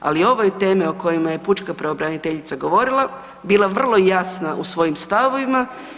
Ali ove teme o kojima je pučka pravobraniteljica govorila bila vrlo jasna u svojim stavovima.